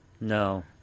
No